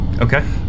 okay